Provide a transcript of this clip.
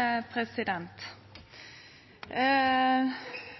på alle gode